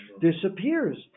disappears